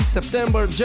September